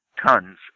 tons